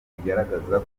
rigaragaza